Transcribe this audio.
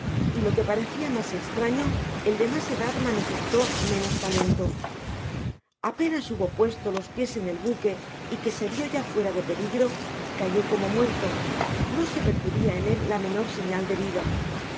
y lo que parecía mas estraño el de mas edad manifestó menos talento apenas hubo puesto los pies en el buque y que se vio ya fuera de peligro cayó como muerto no se percibia en él la menor señal de vida